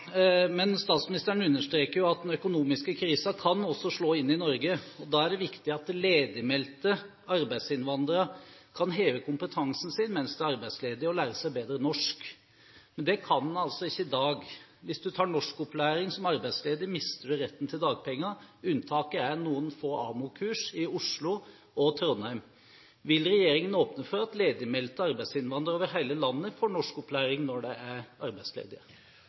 Statsministeren understreker at den økonomiske krisen også kan slå inn i Norge. Da er det viktig at ledigmeldte arbeidsinnvandrere kan heve kompetansen sin mens de er arbeidsledige, og lære seg bedre norsk. Men det kan en altså ikke i dag. Hvis du tar norskopplæring som arbeidsledig, mister du retten til dagpenger. Unntaket er noen få AMO-kurs i Oslo og i Trondheim. Vil regjeringen åpne for at ledigmeldte arbeidsinnvandrere over hele landet får norskopplæring når de er arbeidsledige?